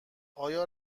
آیا